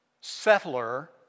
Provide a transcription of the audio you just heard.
settler